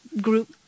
group